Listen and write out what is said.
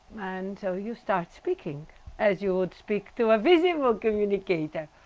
and so you start speaking as you would speak to a visible communicator?